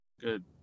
Good